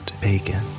bacon